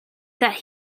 that